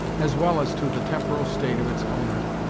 as well as to the temporal state of its owner,